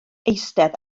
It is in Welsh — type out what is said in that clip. eistedd